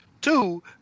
Two